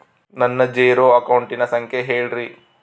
ನನ್ನ ಜೇರೊ ಅಕೌಂಟಿನ ಸಂಖ್ಯೆ ಹೇಳ್ರಿ?